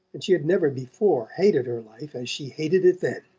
and she had never before hated her life as she hated it then.